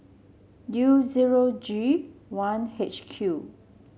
U zero G one H Q